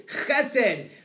chesed